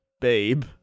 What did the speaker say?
Babe